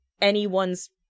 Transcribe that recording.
anyone's